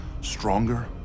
stronger